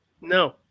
No